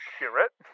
curate